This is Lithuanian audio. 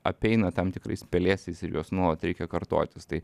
apeina tam tikrais pelėsiais ir juos nuolat reikia kartotis tai